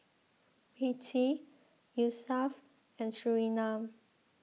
Rizqi Yusuf and Surinam